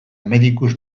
medicus